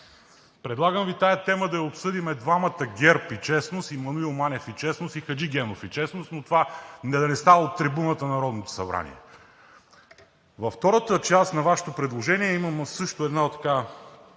Предлагам Ви тази тема да я обсъдим двамата – ГЕРБ и честност, и Маноил Манев и честност, и Хаджигенов и честност, но това да не става от трибуната на Народното събрание. Във втората част на Вашето предложение има също едно така